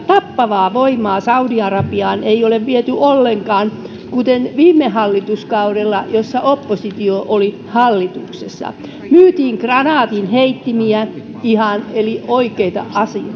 tappavaa voimaa saudi arabiaan ei ole viety ollenkaan viime hallituskaudella kun oppositio oli hallituksessa myytiin kranaatinheittimiä eli ihan oikeita